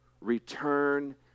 return